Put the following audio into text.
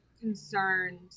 concerned